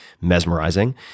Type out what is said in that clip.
mesmerizing